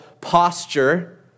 posture